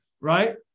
Right